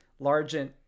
Largent